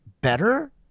better